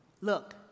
Look